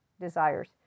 desires